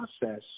process